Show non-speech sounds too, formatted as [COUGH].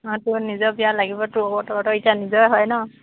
অঁ তোৰ নিজৰ বিয়া লাগিব তো [UNINTELLIGIBLE] নিজৰে হয় ন